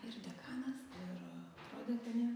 ir dekanas ir prodekanė